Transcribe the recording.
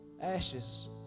Ashes